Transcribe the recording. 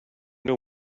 know